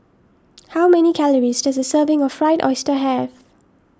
how many calories does a serving of Fried Oyster have